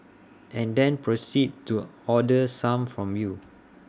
and then proceed to order some from you